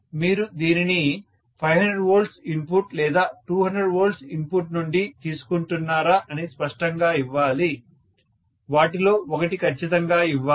మీరు దీనిని 500 volts input లేదా 200 వోల్ట్స్ ఇన్పుట్ నుండి తీసుకుంటున్నారా అని స్పష్టంగా ఇవ్వాలి వాటిలో ఒకటి ఖచ్చితంగా ఇవ్వాలి